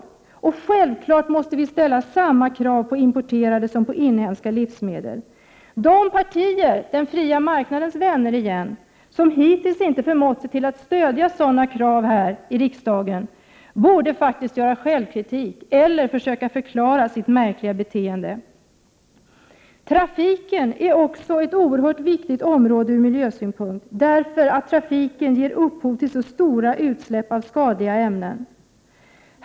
Vi måste självfallet ställa samma krav på importerade som på inhemska livsmedel. De partier ”den fria marknadens vänner igen” som hittills inte har förmått sig till att stödja sådana krav här i riksdagen borde faktiskt komma med självkritik eller försöka förklara sitt märkliga beteende. Trafiken är också ett oerhört viktigt område ur miljösynpunkt, eftersom trafiken ger upphov till så stora utsläpp av skadliga ämnen.